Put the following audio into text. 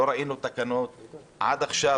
אלא שלא ראינו תקנות עד עכשיו.